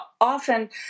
often